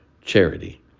charity